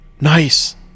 nice